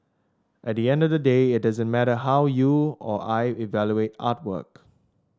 at the end of the day it doesn't matter how you or I evaluate artwork